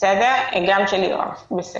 גם של יואב.